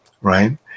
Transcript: right